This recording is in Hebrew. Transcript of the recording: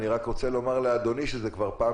ואני רק רוצה לומר לאדוני שזו כבר פעם